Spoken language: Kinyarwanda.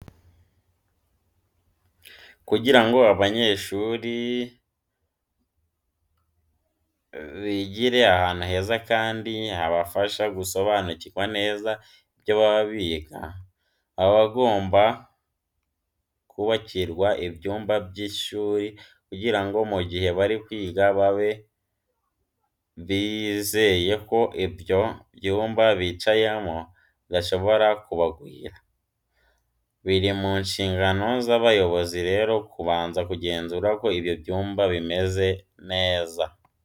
Kugira ngo abanyeshuri bigire ahantu heza kandi habafasha gusobanukirwa neza ibyo baba biga, baba bagomba kubakirwa ibyumba by'ishuri kugira ngo mu gihe bari kwiga babe bizeye ko ibyo byumba bicayemo bidashobora kubagwira. Biri mu nshingano z'abayobozi rero kubanza kugenzura ko ibyo byumba bimeze neza.